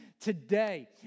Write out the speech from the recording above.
Today